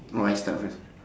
or I start first